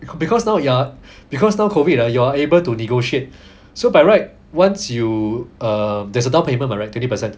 because because now you're because now COVID ah you're able to negotiate so by right once you err there's a down payment right twenty percent